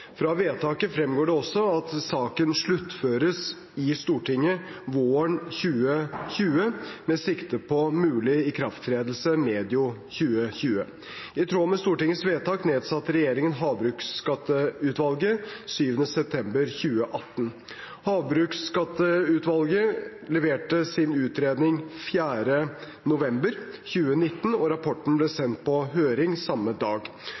Fra vedtaket fremgår det også at saken sluttføres i Stortinget våren 2020, med sikte på mulig ikrafttredelse medio 2020. I tråd med Stortingets vedtak nedsatte regjeringen Havbruksskatteutvalget 7. september 2018. Havbruksskatteutvalget leverte sin utredning 4. november 2019, og rapporten ble sendt på høring samme dag.